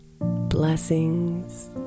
Blessings